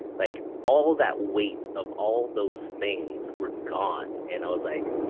like all that weight of all those things were gone. and i was like,